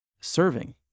serving